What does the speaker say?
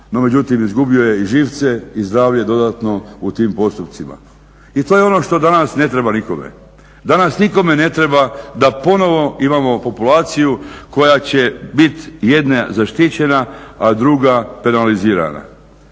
no međutim izgubio je i živce i zdravlje dodatno u tim postupcima. I to je ono što danas ne treba nikome. Danas nikome ne treba da ponovo imamo populaciju koja će biti jedna zaštićena, a druga penalizirana.